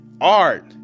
art